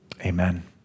Amen